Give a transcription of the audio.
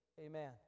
Amen